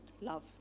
love